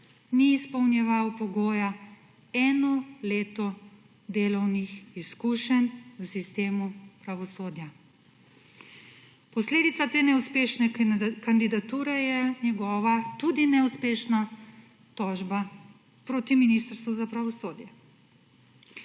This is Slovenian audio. ni izpolnjeval pogoja eno leto delovnih izkušenj v sistemu pravosodja. Posledica te neuspešne kandidature je njegova tudi neuspešna tožba proti Ministrstvu za pravosodje.